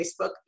Facebook